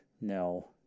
no